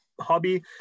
hobby